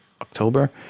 October